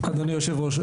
אדוני היו"ר,